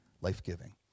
life-giving